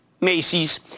Macy's